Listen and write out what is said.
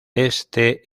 este